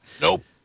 Nope